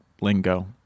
lingo